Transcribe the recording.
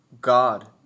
God